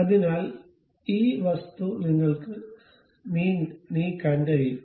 അതിനാൽ ഈ വസ്തു നിങ്ങൾക്ക് നീങ്ങാൻ കഴിയും